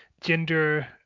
gender